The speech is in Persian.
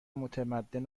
متمدن